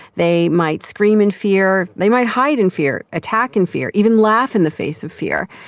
they might scream in fear, they might hide in fear, attack in fear, even laugh in the face of fear.